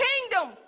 kingdom